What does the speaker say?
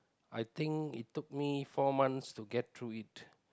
I think it took me four months to get through it